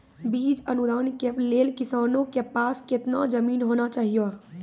बीज अनुदान के लेल किसानों के पास केतना जमीन होना चहियों?